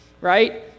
right